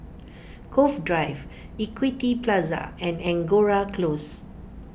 Cove Drive Equity Plaza and Angora Close